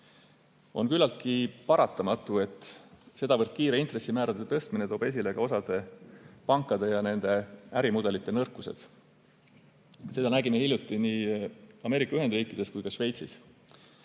On küllaltki paratamatu, et sedavõrd kiire intressimäärade tõstmine toob esile ka osade pankade ja nende ärimudelite nõrkused. Seda nägime hiljuti nii Ameerika Ühendriikides kui ka Šveitsis.